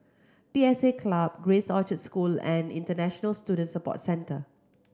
P S A Club Grace Orchard School and International Student Support Centre